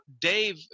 Dave